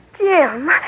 Jim